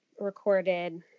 recorded